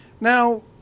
Now